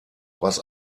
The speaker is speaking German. was